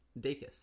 Dacus